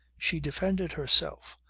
she defended herself.